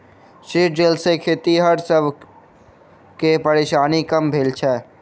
seed drill सॅ खेतिहर सब के परेशानी कम भेल छै